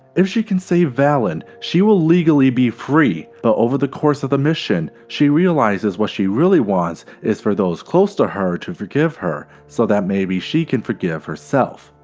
if she can save valen she will legally be free, but over the course of the mission she realizes what she really wants is for those close to her to forgive her so that maybe she can forgive herself.